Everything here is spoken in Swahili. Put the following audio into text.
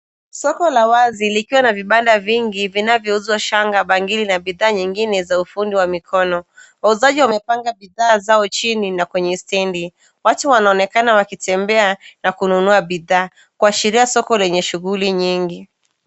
Soko la wazi lina vibanda vingi vinavyouza shanga, bangili na bidhaa nyingine za ufundi wa mikono. Wauzaji wamepanga bidhaa zao chini na pia kwenye stendi. Watu wanaonekana wakitembea na kununua bidhaa, na hali ya soko inaonyesha shughuli nyingi na msisimko